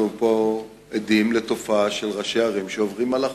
אנחנו עדים פה לתופעה של ראשי ערים שעוברים על החוק,